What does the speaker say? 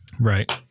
Right